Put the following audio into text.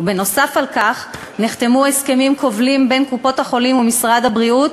ונוסף על כך נחתמו הסכמים כובלים בין קופות-החולים ומשרד הבריאות,